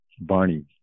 Barney